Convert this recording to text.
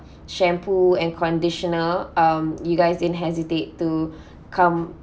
shampoo and conditioner um you guys didn't hesitate to come